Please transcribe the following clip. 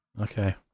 Okay